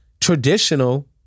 traditional